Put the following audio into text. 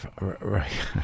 Right